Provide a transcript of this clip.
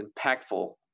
impactful